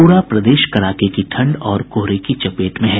पूरा प्रदेश कड़ाके की ठंड और कोहरे की चपेट में है